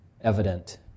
evident